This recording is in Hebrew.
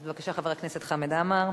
בבקשה, חבר הכנסת חמד עמאר,